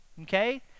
okay